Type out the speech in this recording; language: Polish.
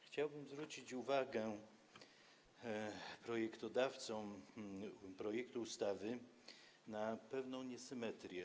Chciałbym zwrócić uwagę projektodawców projektu ustawy na pewną niesymetrię.